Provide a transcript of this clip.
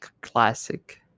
classic